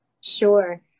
Sure